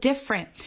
different